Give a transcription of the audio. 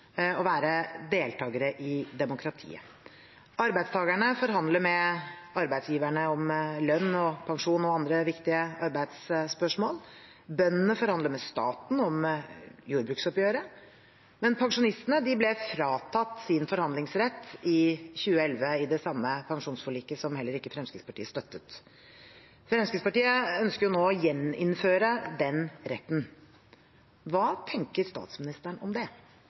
være deltakere i demokratiet. Arbeidstakerne forhandler med arbeidsgiverne om lønn, pensjon og andre viktige arbeidsspørsmål, bøndene forhandler med staten om jordbruksoppgjøret, men pensjonistene ble fratatt sin forhandlingsrett i 2011 – i det samme pensjonsforliket, som Fremskrittspartiet heller ikke støttet. Fremskrittspartiet ønsker nå å gjeninnføre den retten. Hva tenker statsministeren om det?